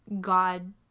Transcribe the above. God